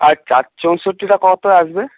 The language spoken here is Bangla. আর চার চৌষট্টিটা কতয় আসবে